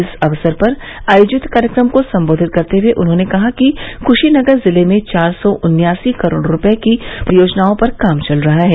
इस अवसर पर आयोजित कार्यक्रम को संबोधित करते हुए उन्होंने कहा कि कृशीनगर जिले में चार सौ उन्यासी करोड़ रूपये की परियोजनाओं पर काम चल रहा है